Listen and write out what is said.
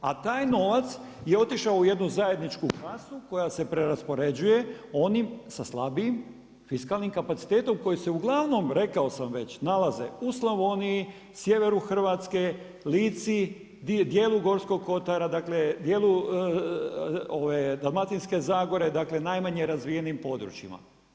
A taj novac, je otišao u jednu zajedničku klasu koja se preraspoređene onim sa slabijem fiskalnim kapacitetom, koji se uglavnom, rekao sam već, nalaze u Slavoniji, sjeveru Hrvatske, Lici, dijelu Gorskog kotara, dakle, dijelu Dalmatinske zagore, dakle, najmanje razvijenim područjima.